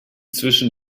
zwischen